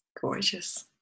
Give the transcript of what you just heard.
Gorgeous